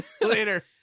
later